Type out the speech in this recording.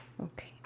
Okay